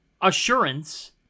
assurance